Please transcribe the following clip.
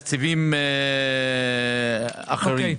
גם בנושא של תקציבים אחרים.